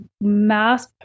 mass